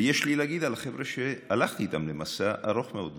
ויש לי להגיד על החבר'ה שהלכתי איתם למסע ארוך מאוד.